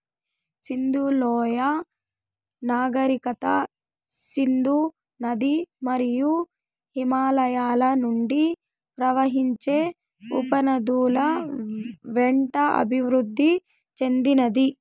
సింధు లోయ నాగరికత సింధు నది మరియు హిమాలయాల నుండి ప్రవహించే ఉపనదుల వెంట అభివృద్ది చెందినాది